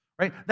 right